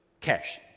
cash